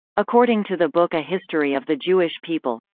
according to the book a history of the jewish people,